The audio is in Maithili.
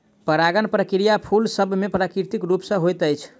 परागण प्रक्रिया फूल सभ मे प्राकृतिक रूप सॅ होइत अछि